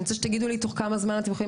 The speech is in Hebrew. אני רוצה שתגידו לי תוך כמה זמן אתם יכולים